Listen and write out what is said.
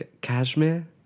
Cashmere